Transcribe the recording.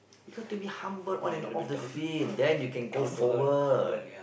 you got to be humble on and off the field then you can go forward